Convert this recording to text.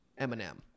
Eminem